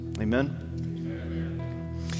Amen